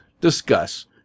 discuss